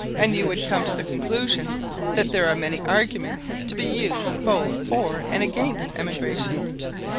and you would come to the conclusion that there are many arguments to be used both for and against emigration.